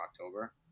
October